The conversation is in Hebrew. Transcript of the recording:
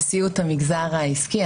נשיאות המגזר העסקי,